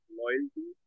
loyalty